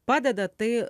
padeda tai